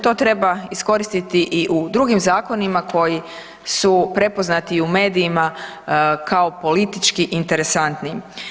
To treba iskoristiti i u drugim zakonima koji su prepoznati i u medijima kao politički interesantni.